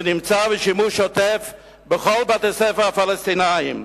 ונמצא בשימוש שוטף בכל בתי-הספר הפלסטיניים,